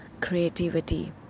creativity